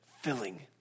filling